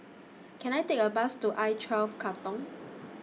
Can I Take A Bus to I twelve Katong